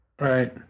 Right